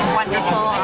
wonderful